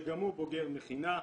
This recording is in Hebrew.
גם הוא בוגר מכינה.